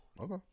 Okay